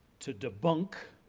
to debunk,